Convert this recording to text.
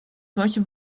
solche